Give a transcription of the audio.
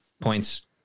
points